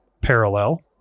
parallel